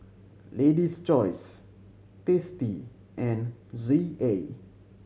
Lady's Choice Tasty and Z A